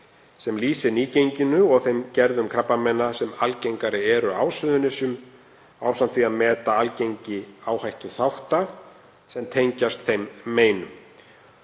sem lýsir nýgenginu og þeim gerðum krabbameina sem algengari eru á Suðurnesjum ásamt því að meta algengi áhættuþátta sem tengjast þeim meinum,